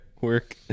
work